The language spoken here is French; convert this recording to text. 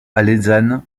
alezane